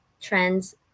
trends